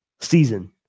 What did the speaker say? season